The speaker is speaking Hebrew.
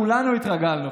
כולנו התרגלנו,